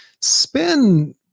spin